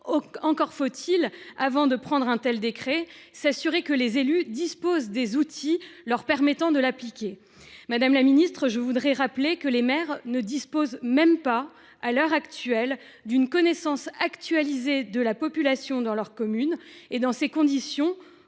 encore faut il, avant de faire paraître un tel décret, s’assurer que les élus disposent des outils leur permettant de l’appliquer. Je tiens à rappeler que les maires ne disposent même pas, à l’heure actuelle, d’une connaissance actualisée de la population résidant dans leur commune. Dans ces conditions,